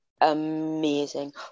amazing